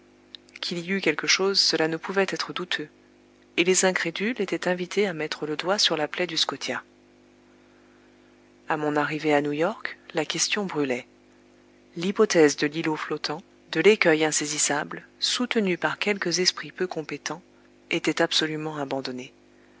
qu'il y eut quelque chose cela ne pouvait être douteux et les incrédules étaient invités à mettre le doigt sur la plaie du scotia a mon arrivée à new york la question brûlait l'hypothèse de l'îlot flottant de l'écueil insaisissable soutenue par quelques esprits peu compétents était absolument abandonnée